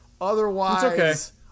otherwise